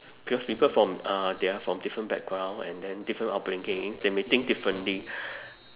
because people from uh they are from different background and then different upbringing they may think differently